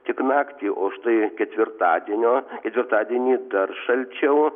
tik naktį o štai ketvirtadienio ketvirtadienį dar šalčiau